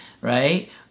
right